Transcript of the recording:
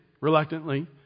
reluctantly